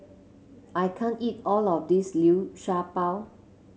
I can't eat all of this Liu Sha Bao